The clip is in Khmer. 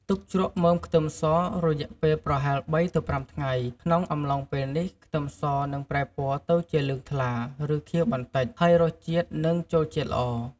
ទុកជ្រក់មើមខ្ទឹមស រយៈពេលប្រហែល ៣ទៅ៥ ថ្ងៃ ក្នុងអំឡុងពេលនេះ ខ្ទឹមសនឹងប្រែពណ៌ទៅជាលឿងថ្លា ឬខៀវបន្តិច ហើយរសជាតិនឹងចូលជាតិល្អ។